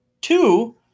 two